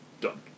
done